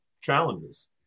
challenges